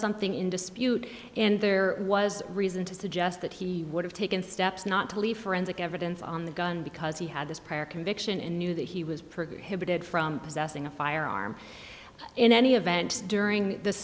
something in dispute and there was reason to suggest that he would have taken steps not to leave forensic evidence on the gun because he had this prior conviction and knew that he was prohibited from possessing a firearm in any event during the